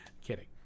Kidding